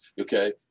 okay